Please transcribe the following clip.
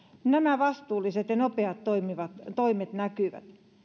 nämä vastuulliset ja nopeat toimet näkyvät